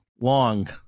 long